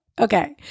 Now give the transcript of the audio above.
Okay